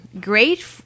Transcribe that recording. Great